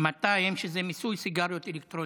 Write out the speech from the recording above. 200, שזה מיסוי סיגריות אלקטרוניות.